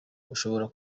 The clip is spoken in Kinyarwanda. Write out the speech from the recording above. ushobora